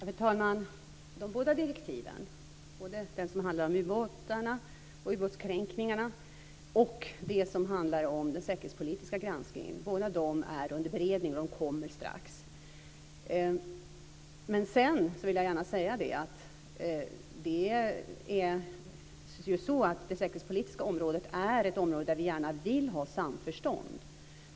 Fru talman! De båda direktiven, både det som handlar om ubåtarna och ubåtskränkningarna och det som handlar om den säkerhetspolitiska granskningen är under beredning. De kommer strax. Jag vill också gärna säga att det säkerhetspolitiska området är ett område där vi gärna vill ha samförstånd.